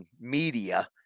media